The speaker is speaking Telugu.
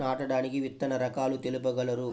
నాటడానికి విత్తన రకాలు తెలుపగలరు?